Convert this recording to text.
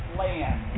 land